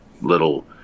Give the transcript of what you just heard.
little